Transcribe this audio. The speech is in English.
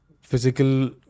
physical